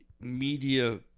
media